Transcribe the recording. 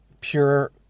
pure